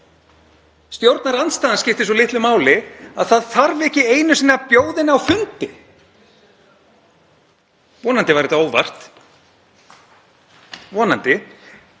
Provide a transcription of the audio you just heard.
Stjórnarandstaðan skipti svo litlu máli að það þarf ekki einu sinni að bjóða henni á fundi. Vonandi var þetta óvart, vonandi,